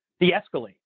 de-escalate